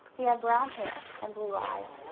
he had brown hair and blue eyes.